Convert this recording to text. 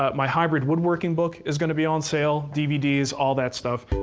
ah my hybrid woodworking book is going to be on sale, dvds, all that stuff.